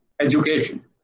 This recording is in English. education